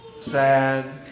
Sad